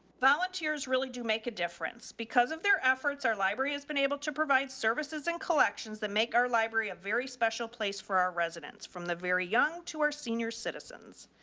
volunteers really do make a difference because of their efforts. our library has been able to provide services and collections that make our library a very special place for our residents from the very young to our senior citizens.